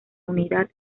unidad